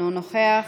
אינו נוכח,